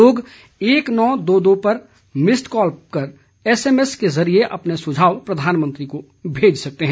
लोग एक नौ दो दो पर मिस्ड कॉल कर एसएमएस के जरिए अपने सुझाव प्रधानमंत्री को भेज सकते हैं